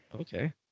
Okay